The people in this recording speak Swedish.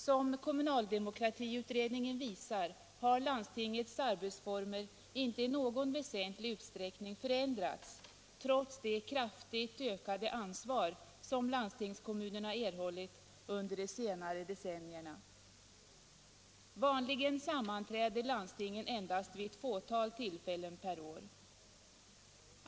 Som kommunaldemokratiutredningen visar har landstingens arbetsformer inte i någon väsentlig utsträckning förändrats trots det kraftigt ökade ansvar som landstingskommunerna erhållit under de senare decennierna. Vanligen sammanträder landstingen endast vid ett fåtal tillfällen per år.